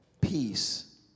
Peace